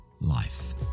life